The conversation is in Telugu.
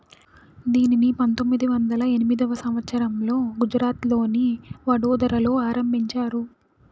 దీనిని పంతొమ్మిది వందల ఎనిమిదో సంవచ్చరంలో గుజరాత్లోని వడోదరలో ఆరంభించారు